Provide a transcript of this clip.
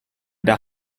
der